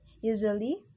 Usually